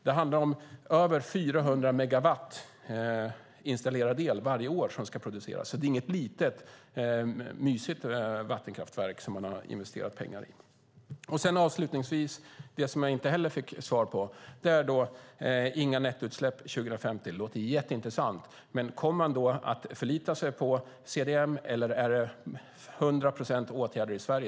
Det handlar om över 400 megawatt installerad el varje år som ska produceras. Det är inget litet mysigt vattenkraftverk som man har investerat pengar i. Avslutningsvis vill jag ta upp en annan sak som jag inte heller fick svar på. Det låter jätteintressant att det inte ska vara några nettoutsläpp 2050. Men kommer man då att förlita sig på CDM, eller handlar det om 100 procent åtgärder i Sverige?